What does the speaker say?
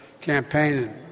campaigning